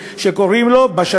אני מדבר על חייל מילואים,